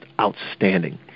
outstanding